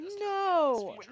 No